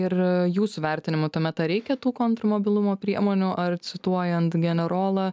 ir jūsų vertinimu tuomet ar reikia tų kontrmobilumo priemonių ar cituojant generolą